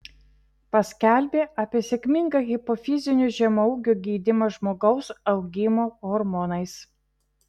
paskelbė apie sėkmingą hipofizinio žemaūgio gydymą žmogaus augimo hormonais